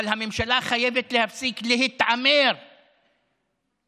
אבל הממשלה חייבת להפסיק להתעמר באנשים